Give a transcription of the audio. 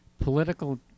political